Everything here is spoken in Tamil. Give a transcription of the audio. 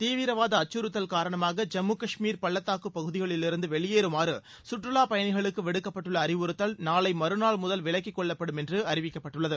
தீவிரவாத அச்சுறுத்தல் காரணமாக ஜம்மு கஷ்மீர் பள்ளத்தாக்கு பகுதிகளிலிருந்து வெளியேறுமாறு சுற்றுலா பயணிகளுக்கு விடுக்கப்பட்டுள்ள அறிவுறுத்தல் நாளை மறுநாள் முதல் விலக்கிக்கொள்ளப்படும் என்று அறிவிக்கப்பட்டுள்ளது